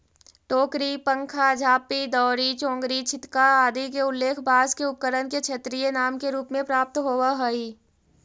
टोकरी, पंखा, झांपी, दौरी, चोंगरी, छितका आदि के उल्लेख बाँँस के उपकरण के क्षेत्रीय नाम के रूप में प्राप्त होवऽ हइ